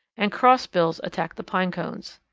and crossbills attack the pine cones.